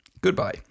Goodbye